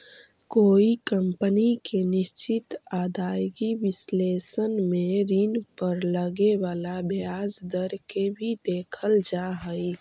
कोई कंपनी के निश्चित आदाएगी विश्लेषण में ऋण पर लगे वाला ब्याज दर के भी देखल जा हई